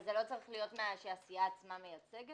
זה לא צריך להיות מהסיעה עצמה שמייצגת?